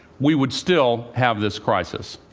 we would still have this crisis.